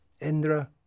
Indra